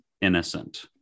innocent